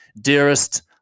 dearest